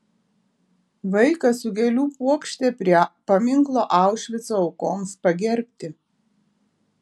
vaikas su gėlių puokšte prie paminklo aušvico aukoms pagerbti